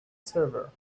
server